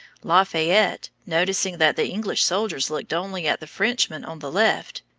lafayette, noticing that the english soldiers looked only at the frenchmen on the left,